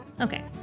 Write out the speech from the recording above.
Okay